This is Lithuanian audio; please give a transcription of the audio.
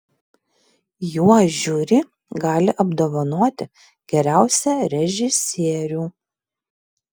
juo žiuri gali apdovanoti geriausią režisierių